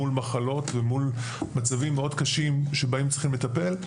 מול מחלות ומול מצבים מאוד קשים שבהם צריכים לטפל,